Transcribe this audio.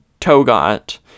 Togot